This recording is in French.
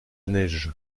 neige